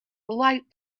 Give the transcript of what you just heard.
light